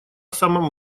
самом